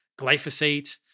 Glyphosate